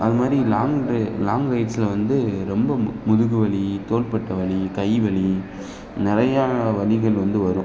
அது மாதிரி long ride long ரைட்ஸில் வந்து ரொம்ப மு முதுகு வலி தோள்பட்டை வலி கை வலி நிறையா வலிகள் வந்து வரும்